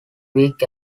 week